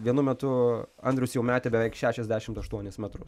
vienu metu andrius jau metė beveik šešiasdešimt aštuonis metrus